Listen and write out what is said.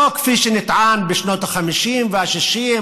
לא כפי שנטען בשנות ה-50 וה-60,